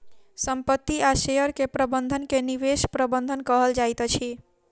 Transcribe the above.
संपत्ति आ शेयर के प्रबंधन के निवेश प्रबंधन कहल जाइत अछि